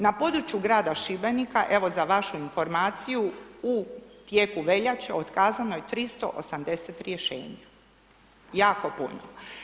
Na području grada Šibenika evo za vašu informaciju u tijeku veljače otkazano je 380 rješenja, jako puno.